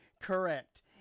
Correct